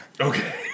Okay